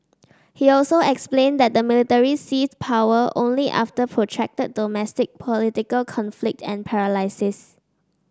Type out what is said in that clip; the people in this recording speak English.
he also explained that the military seized power only after protracted domestic political conflict and paralysis